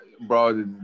Bro